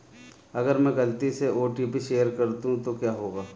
अगर मैं गलती से ओ.टी.पी शेयर कर दूं तो क्या होगा?